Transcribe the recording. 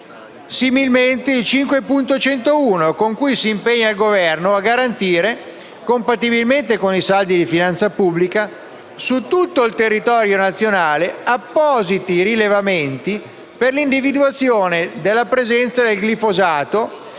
giorno G5.101 si impegna il Governo a garantire, compatibilmente con i saldi di finanza pubblica, su tutto il territorio nazionale appositi rilevamenti per l'individuazione della presenza di glifosato